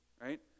right